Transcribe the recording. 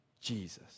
Jesus